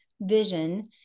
vision